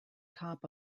top